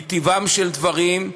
מטבעם של דברים,